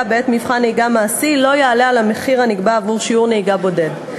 בעת מבחן נהיגה מעשי לא יעלה על המחיר הנגבה עבור שיעור נהיגה בודד.